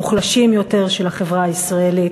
במיוחד בחלקים המוחלשים יותר של החברה הישראלית,